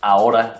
Ahora